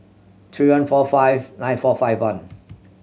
three one four five nine four five one